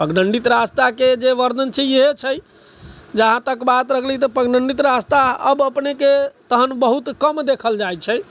पगडण्डित रस्ताके जे वर्णन छै इएहे छै जहाँ तक बात रहि गेलै पगडण्डित रस्ता अब अपनेके तहन बहुत कम देखल जाइ छै